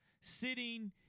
sitting